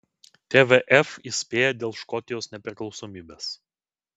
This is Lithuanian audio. tvf įspėja dėl škotijos nepriklausomybės